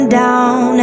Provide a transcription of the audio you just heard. down